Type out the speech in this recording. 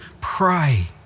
Pray